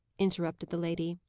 interrupted the lady.